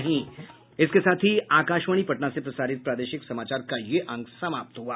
इसके साथ ही आकाशवाणी पटना से प्रसारित प्रादेशिक समाचार का ये अंक समाप्त हुआ